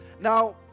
Now